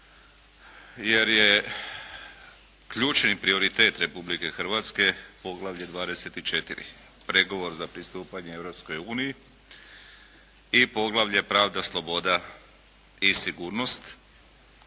jer je ključni prioritet Republike Hrvatske poglavlje 24 –Pregovor za pristupanje Europskoj uniji i poglavlje – Pravda, sloboda i sigurnost